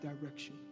direction